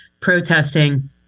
protesting